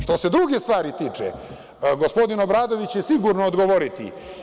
Što se druge stvari tiče, gospodin Obradović će sigurno odgovoriti.